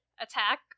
attack